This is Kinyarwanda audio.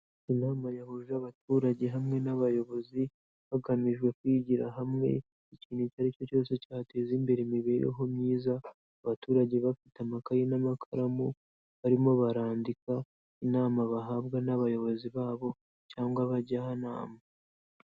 Inama yahuje abaturage hamwe n'abayobozi, hagamijwe kwigira hamwe ikintu icyo ari cyo cyose cyateza imbere imibereho myiza, abaturage bafite amakayi n'amakaramu barimo barandika inama bahabwa n'abayobozi babo cyangwa abajyanama.